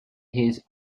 his